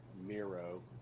Miro